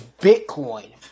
Bitcoin